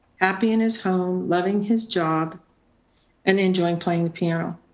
happy in his home, loving his job and enjoying playing the piano.